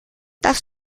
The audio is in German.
das